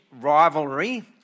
rivalry